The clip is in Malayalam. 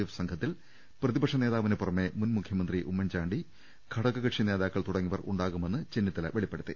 എഫ് സംഘത്തിൽ പ്രതിപക്ഷ നേതാ വിന് പുറമെ മുൻ മുഖ്യമന്ത്രി ഉമ്മൻചാണ്ടി ഘടകകക്ഷി നേതാക്കൾ തുട ങ്ങിയവർ ഉണ്ടാകുമെന്ന് ചെന്നിത്തല വെളിപ്പെടുത്തി